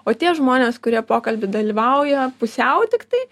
o tie žmonės kurie pokalby dalyvauja pusiau tiktai